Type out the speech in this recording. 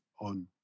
on